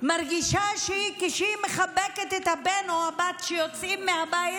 מרגישה שכשהיא מחבקת את הבן או את הבת שיוצאים מהבית,